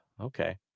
okay